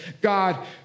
God